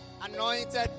anointed